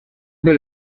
ple